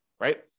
right